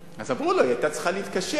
אמרו לו: היא היתה צריכה להתקשר.